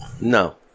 No